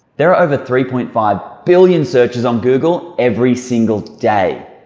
there are over three point five billion searches on google every single day.